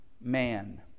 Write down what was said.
man